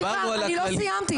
סליחה, אני לא סיימתי.